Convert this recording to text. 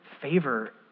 favor